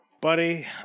Buddy